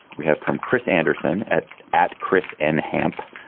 we have from chris anderson at at chris and hamp